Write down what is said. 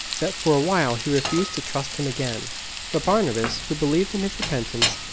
that for a while he refused to trust him again but barnabas, who believed in his repentance,